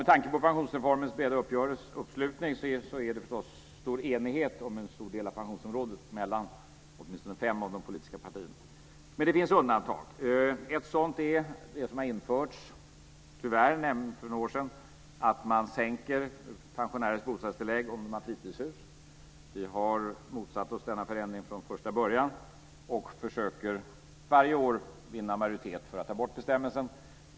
Med tanke på pensionsreformens breda uppslutning är det stor enighet om en stor del av pensionsområdet mellan åtminstone fem av de politiska partierna. Men det finns undantag. Ett undantag är det som har införts - tyvärr - för några år sedan, att sänka pensionärers bostadstillägg om de har fritidshus. Vi har motsatt oss denna förändring från första början och försöker varje år vinna majoritet för att ta bort bestämmelsen.